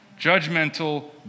Judgmental